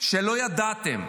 שלא ידעתם,